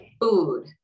food